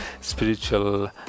spiritual